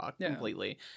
completely